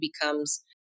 becomes